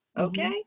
okay